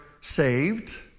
saved